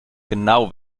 genau